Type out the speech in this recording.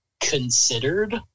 considered